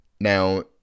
Now